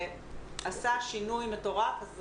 זה עשה שינוי מטורף.